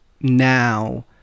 now